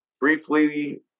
briefly